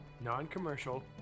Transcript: non-commercial